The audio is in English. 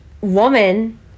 woman